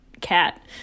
cat